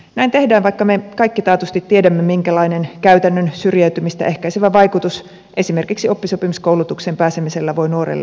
näin tehdään vaikka me kaikki taatusti tiedämme minkälainen käytännön syrjäytymistä ehkäisevä vaikutus esimerkiksi oppisopimuskoulutukseen pääsemisellä voi nuorelle olla